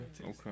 okay